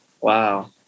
Wow